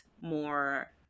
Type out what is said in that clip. more